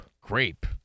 Grape